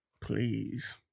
Please